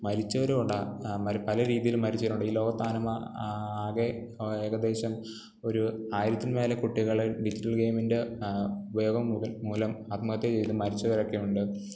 മരിച്ചവരുമുണ്ട് ആ ആ മൽ പല രീതിയിൽ മരിച്ചവരുണ്ട് ഈ ലോകത്താമ ആകെ ഏകദേശം ഒരു ആയിരത്തിൻ മേലെ കുട്ടികൾ ഡിജിറ്റൽ ഗെയിമിന്റെ ഉപയോഗം മൂ മൂലം ആത്മഹത്യ ചെയ്തു മരിച്ചവരൊക്കെയുണ്ട്